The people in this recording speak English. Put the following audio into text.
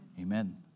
Amen